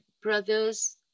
brothers